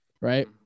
right